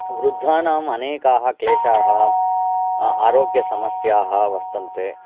वृद्धानाम् अनेकाः क्लेशाः आरोग्यसमस्याः वर्तन्ते